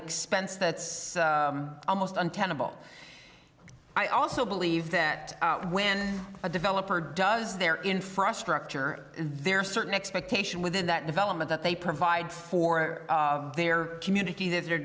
expense that's almost untenable i also believe that when a developer does their infrastructure there are certain expectation within that development that they provide for their community that they're